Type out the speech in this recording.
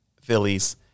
Phillies